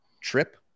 trip